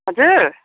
हजुर